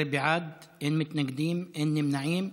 11 בעד, אין מתנגדים, אין נמנעים.